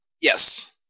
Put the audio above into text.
Yes